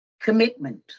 commitment